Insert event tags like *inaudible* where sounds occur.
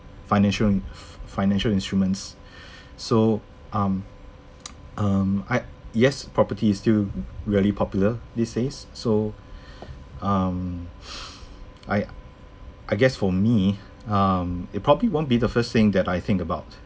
financia~ financial instruments so um *noise* um I yes property is still really popular these days so um I I guess for me um it probably won't be the first thing that I think about